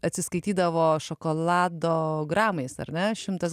atsiskaitydavo šokolado gramais ar ne šimtas